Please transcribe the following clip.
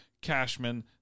Cashman